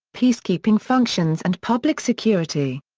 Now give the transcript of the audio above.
peace-keeping functions and public security.